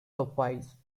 suffice